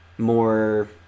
more